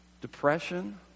depression